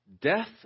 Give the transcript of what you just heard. death